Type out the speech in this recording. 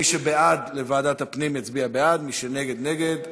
מי שבעד לוועדת הפנים יצביע בעד, מי שנגד, נגד.